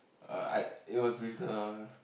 err I it was with the